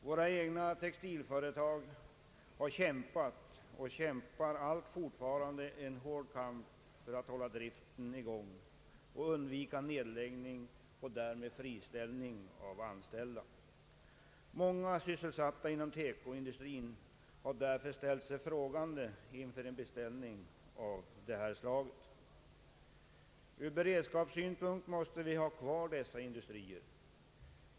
Våra egna textilföretag har kämpat och kämpar allt fortfarande en hård kamp för att hålla driften i gång och undvika nedläggning och därmed friställning av anställda. Många sysselsatta inom TEKO-industrin har därför ställt sig frågande inför en beställning av detta slag. Ur beredskapssynpunkt måste vi ha kvar dessa industrier.